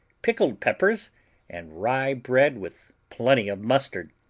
pickled peppers and rye bread with plenty of mustard,